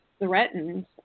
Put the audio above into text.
threatened